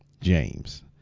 James